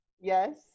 Yes